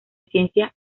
ciencia